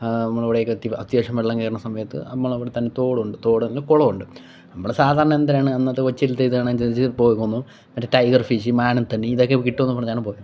നമ്മുടെ അവിടേക്കെത്തി അത്യാവശ്യം വെള്ളം കയറുന്ന സമയത്ത് നമ്മളെ അവിടെ തന്നെ തോടുണ്ട് തോടെങ്കിൽ കുളമുണ്ട് നമ്മൾ സാധാരണ എന്തരാണ് അന്നത്തെ കൊച്ചിൽത്തെ ഇതാണ് അനുസരിച്ച് പോകുന്നു മറ്റേ ടൈഗർ ഫിഷ് മാനത്താണി ഇതൊക്കെ കിട്ടും എന്ന് പറഞ്ഞാണ് പോയത്